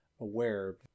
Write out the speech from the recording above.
aware